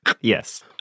Yes